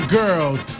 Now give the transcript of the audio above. girls